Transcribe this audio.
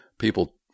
people